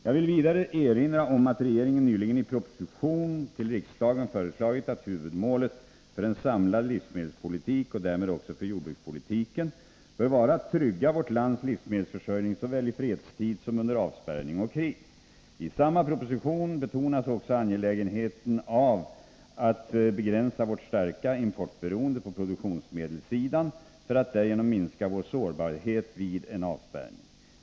Jag vill vidare erinra om att regeringen nyligen i en proposition till riksdagen föreslagit att huvudmålet för en samlad livsmedelspolitik och därmed också för jordbrukspolitiken bör vara att trygga vårt lands livsmedelsförsörjning såväl i fredstid som under avspärrning och krig. I samma proposition betonas också det angelägna i att begränsa vårt starka importberoende på produktionsmedelssidan för att därigenom minska vår sårbarhet vid en avspärrning.